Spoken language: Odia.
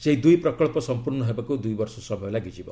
ସେହି ଦୁଇ ପ୍ରକଳ୍ପ ସମ୍ପର୍ଣ୍ଣ ହେବାକୁ ଦୁଇ ବର୍ଷ ସମୟ ଲାଗିବ